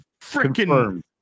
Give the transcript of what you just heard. freaking